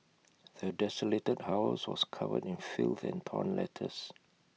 the desolated house was covered in filth and torn letters